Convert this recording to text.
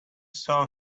saw